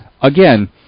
Again